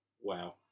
Wow